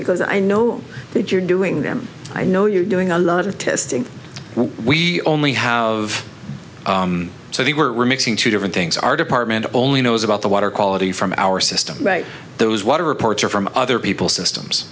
because i know that you're doing them i know you're doing a lot of testing we only have so they were mixing two different things our department only knows about the water quality from our system right those water reports are from other people's systems